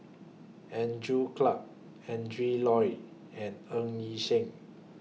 Andrew Clarke Adrin Loi and Ng Yi Sheng